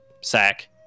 sack